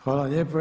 Hvala lijepo.